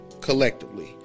collectively